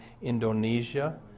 Indonesia